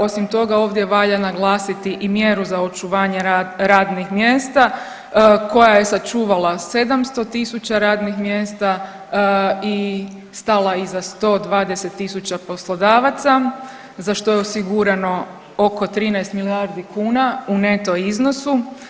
Osim toga ovdje valja naglasiti i mjeru za očuvanje radnih mjesta koja je sačuvala 700.000 radnih mjesta i stala iza 120.000 poslodavaca za što je osigurano oko 13 milijardi kuna u neto iznosu.